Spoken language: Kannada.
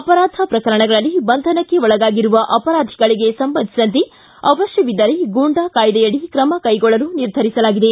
ಅಪರಾಧ ಪ್ರಕರಣಗಳಲ್ಲಿ ಬಂಧನಕ್ಕೆ ಒಳಗಾಗಿರುವ ಅಪರಾಧಿಗಳಿಗೆ ಸಂಬಂಧಿಸಿದಂತೆ ಅವತ್ತವಿದ್ದರೆ ಗೂಂಡಾ ಕಾಯ್ದೆಯಡಿ ಕ್ರಮ ಕೈಗೊಳ್ಳಲು ನಿರ್ಧರಿಸಲಾಗಿದೆ